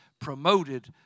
promoted